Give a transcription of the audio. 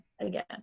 again